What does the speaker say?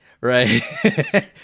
right